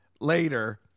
later